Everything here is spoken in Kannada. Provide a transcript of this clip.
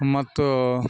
ಮತ್ತು